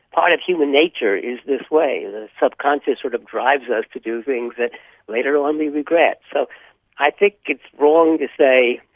of human nature is this way. the subconscious sort of drives us to do things that later on we regret. so i think it's wrong to say,